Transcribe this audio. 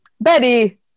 Betty